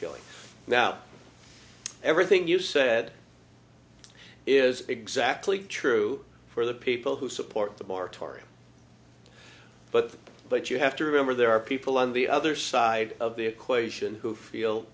feeling now everything you said is exactly true for the people who support the moratorium but but you have to remember there are people on the other side of the equation who feel